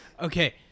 Okay